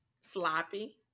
sloppy